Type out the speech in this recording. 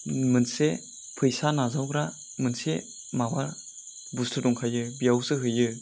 मोनसे फैसा नाजावग्रा मोनसे माबा बुस्थु दंखायो बेयावसो हैयो